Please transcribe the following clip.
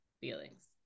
feelings